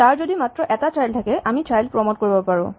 তাৰ যদি মাত্ৰ এটা চাইল্ড থাকে আমি চাইল্ড প্ৰমট কৰিব পাৰোঁ